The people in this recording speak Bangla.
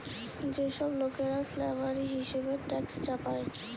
যে সব লোকরা স্ল্যাভেরি হিসেবে ট্যাক্স চাপায়